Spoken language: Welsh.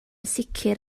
sicr